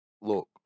Look